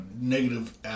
negative